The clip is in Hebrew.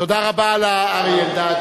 תודה רבה לאריה אלדד.